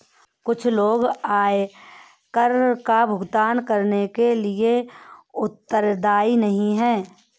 कुछ लोग आयकर का भुगतान करने के लिए उत्तरदायी नहीं हैं